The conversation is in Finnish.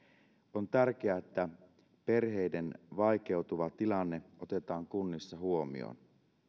on tärkeää että perheiden vaikeutuva tilanne otetaan kunnissa huomioon